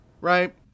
right